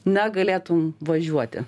na galėtum važiuoti